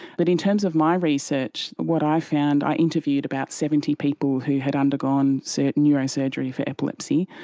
but in terms of my research, what i found, i interviewed about seventy people who had undergone certain neurosurgery for epilepsy.